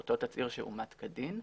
אותו תצהיר שאומת כדין,